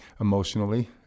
emotionally